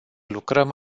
lucrăm